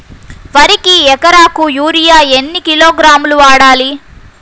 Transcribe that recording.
వరికి ఎకరాకు యూరియా ఎన్ని కిలోగ్రాములు వాడాలి?